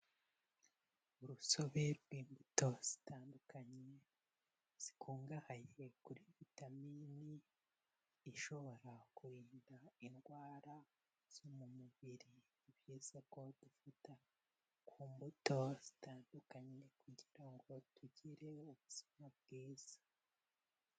Urusobe rw'imbuto zitandukanye, zikungahaye kuri vitaminini, ishobora kurinda indwara zo mu mubiri. Nibyiza ko dufata ku mbuto zitandukanye kugira ngo tugire ubuzima bwiza.